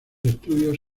estudios